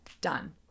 done